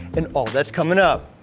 and all that's coming up.